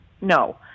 No